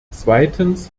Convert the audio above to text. zweitens